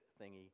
thingy